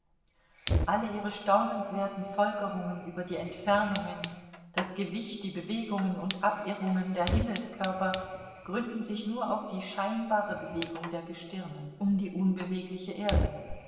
alle ihre staunenswerten folgerungen über die entfernungen das gewicht die bewegungen und abirrungen der himmelskörper gründen sich nur auf die scheinbare bewegung der gestirne um die unbewegliche erde